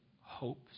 hopes